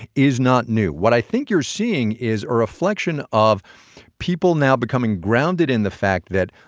is not new what i think you're seeing is a reflection of people now becoming grounded in the fact that,